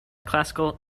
classical